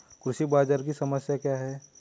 कृषि बाजार की समस्या क्या है?